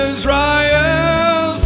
Israel